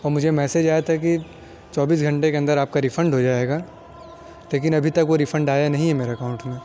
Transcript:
اور مجھے میسیج آیا تھا کہ چوبیس گھنٹے کے اندر آپ کا ریفنڈ ہو جائے گا لیکن ابھی تک وہ ریفنڈ آیا نہیں ہے میرے اکاؤنٹ میں